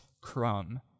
crumb